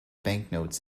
banknotes